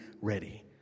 ready